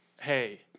hey